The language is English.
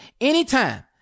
anytime